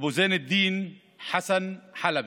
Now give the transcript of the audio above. אבו זאין אלדין חסן חלבי,